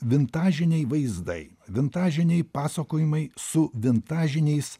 vintažiniai vaizdai vintažiniai pasakojimai su vintažiniais